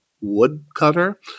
woodcutter